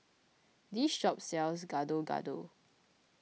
this shop sells Gado Gado